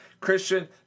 Christian